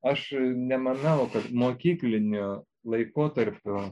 aš nemanau kad mokykliniu laikotarpiu